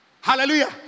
hallelujah